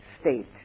state